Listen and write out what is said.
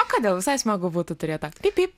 o kodėl visai smagu būtų turėt tą pi pyp